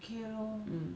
hmm